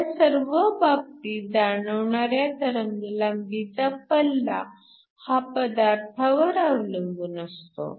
ह्या सर्व बाबतीत जाणवणाऱ्या तरंगलांबींचा पल्ला हा पदार्थावर अवलंबून असतो